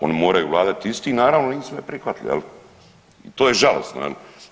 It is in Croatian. Oni moraju vladati, isti naravno nisu me prihvatili i to je žalosno jel'